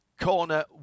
corner